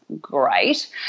Great